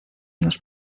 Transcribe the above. los